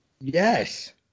Yes